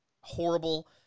horrible